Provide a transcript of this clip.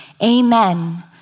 Amen